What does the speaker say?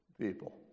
People